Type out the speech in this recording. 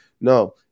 No